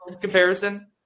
Comparison